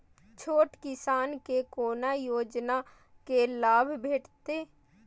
छोट किसान के कोना योजना के लाभ भेटते?